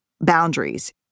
boundaries